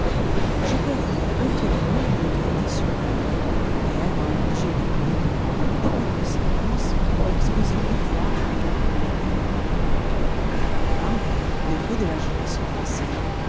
je perdis entièrement mon autorité sur elle et elle m'a obligé depuis à des condescendances qui m'ont exposé mille fois à perdre la vie enfin les feux de la jeunesse ont passé